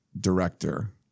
director